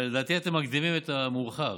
אבל לדעתי אתם מקדימים את המאוחר.